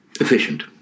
efficient